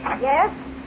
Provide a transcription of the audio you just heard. Yes